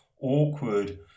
awkward